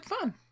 fun